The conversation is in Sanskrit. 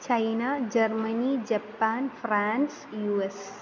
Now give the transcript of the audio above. China Germany Japan France U S